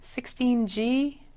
16G